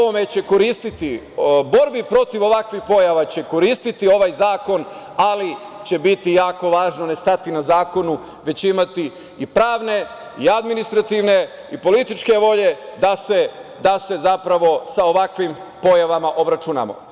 Borbi protiv ovakvih pojava će koristiti ovaj zakon, ali će biti jako važno ne stati na zakonu, već imati i pravne i administrativne i političke volje da se sa ovakvim pojavama obračunamo.